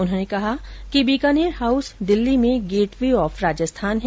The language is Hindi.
उन्होंने कहा कि बीकानेर हाउस दिल्ली में गेट वे ऑफ राजस्थान है